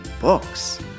books